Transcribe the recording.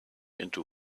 into